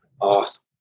awesome